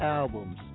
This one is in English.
albums